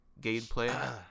gameplay